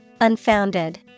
Unfounded